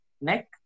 neck